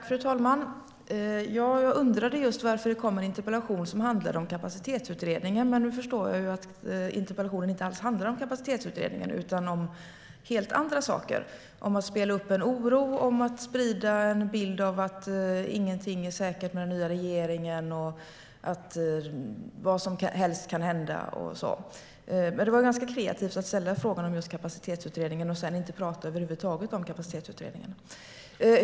Fru talman! Jag undrade just varför det kom en interpellation som handlade om kapacitetsutredningen. Nu förstår jag att interpellationen inte alls handlar om kapacitetsutredningen utan om helt andra saker. Det är att spela upp en oro och sprida en bild av att ingenting är säkert med den nya regeringen och att vad som helst kan hända. Det var ganska kreativt att ställa frågan om kapacitetsutredningen och sedan inte över huvud taget tala om kapacitetsutredningen.